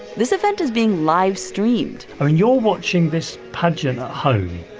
this event is being livestreamed and you're watching this pageant at home.